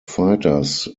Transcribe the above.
fighters